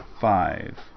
five